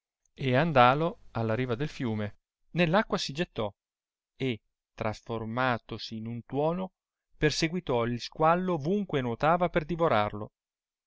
e andalo alla riva del fiume nell'acqua si gellò e irasformalosi in un tuono perseguitò il squallo ovunque nuotava per divorarlo